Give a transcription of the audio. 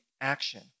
action